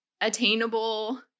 attainable